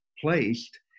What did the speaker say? placed